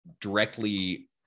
directly